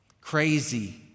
Crazy